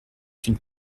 une